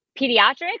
pediatrics